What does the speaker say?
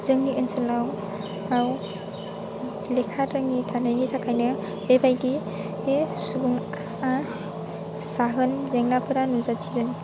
जोंनि ओनसोलाव आव लेखा रोङि थानायनि थाखायनो बे बायदि दि सुबुङा जाहोन जेंनाफोरा नुजाथिगोन